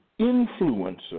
influencer